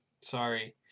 sorry